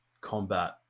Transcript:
combat